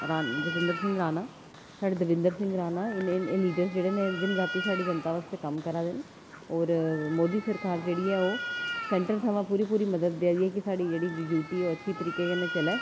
जतिंद्र सिंह राणा साढ़े देवेंद्र सिंह राणा एह् लीडर्स जेह्ड़े न एह् दिन रात साढ़ी जनता आस्तै कम्म करा दे न और मोदी सरकार जेह्ड़ी ऐ ओह् सैंटर थमां पूरी पूरी मदद देआ रदी ऐ कि साढ़ी जेह्ड़ी यू टी ऐ ओह् अच्छे तरीके कन्नै चलै